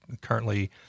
currently